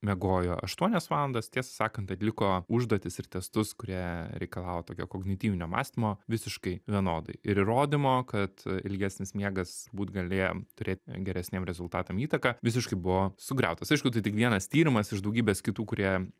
miegojo aštuonias valandas tiesą sakant atliko užduotis ir testus kurie reikalauja tokio kognityvinio mąstymo visiškai vienodai ir įrodymo kad ilgesnis miegas būt galėję turėt geresniem rezultatam įtaką visiškai buvo sugriautas aišku tai tik vienas tyrimas iš daugybės kitų kurie